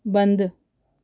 बंदि